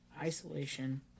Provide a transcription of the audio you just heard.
isolation